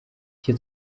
icyo